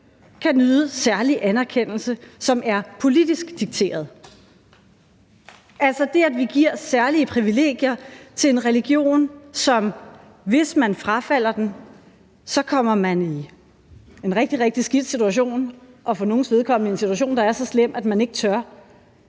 kan nyde særlig anerkendelse, som er politisk dikteret. Altså, det, at vi giver særlige privilegier til en religion, hvis frafaldne kommer i en rigtig, rigtig skidt situation og for nogles vedkommende i en situation, der er så slem, at de ikke tør,